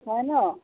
হয় ন